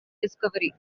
discovery